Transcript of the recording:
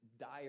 dire